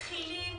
ומתחילים